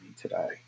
today